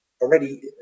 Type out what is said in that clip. already